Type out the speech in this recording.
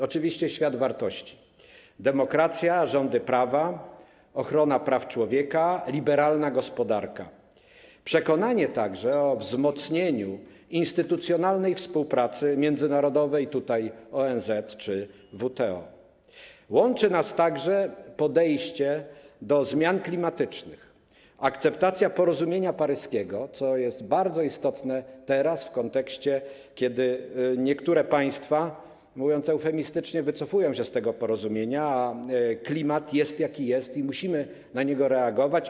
Oczywiście świat wartości: demokracja, rządy prawa, ochrona praw człowieka, liberalna gospodarka, przekonanie także o wzmocnieniu instytucjonalnej współpracy międzynarodowej - ONZ, WTO - łączy nas także podejście do zmian klimatycznych, akceptacja porozumienia paryskiego, co jest teraz bardzo istotne w kontekście tego, że niektóre państwa, mówiąc eufemistycznie, wycofują się z tego porozumienia, a klimat jest, jaki jest, i musimy na niego reagować.